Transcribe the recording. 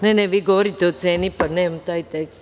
Ne, ne, govorite o ceni, pa nemam taj tekst.